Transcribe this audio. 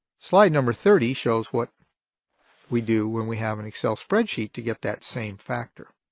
slide number thirty shows what we do when we have an excel spreadsheet to get that same factor.